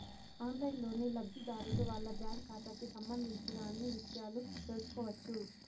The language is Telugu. ఆన్లైన్లోనే లబ్ధిదారులు వాళ్ళ బ్యాంకు ఖాతాకి సంబంధించిన అన్ని ఇషయాలు తెలుసుకోవచ్చు